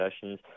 sessions